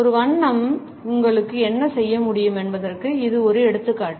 ஒரு வண்ணம் உங்களுக்கு என்ன செய்ய முடியும் என்பதற்கு இது ஒரு எடுத்துக்காட்டு